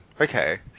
Okay